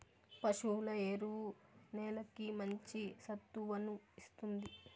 పశువుల ఎరువు నేలకి మంచి సత్తువను ఇస్తుంది